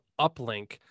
Uplink